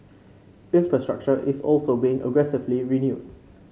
infrastructure is also being aggressively renewed